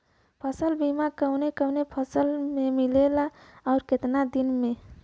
फ़सल बीमा कवने कवने फसल में मिलेला अउर कितना दिन में?